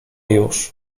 już